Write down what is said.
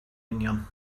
union